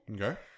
Okay